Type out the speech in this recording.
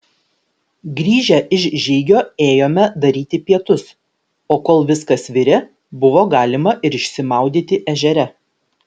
grįžę iš žygio ėjome daryti pietus o kol viskas virė buvo galima ir išsimaudyti ežere